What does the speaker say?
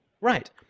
Right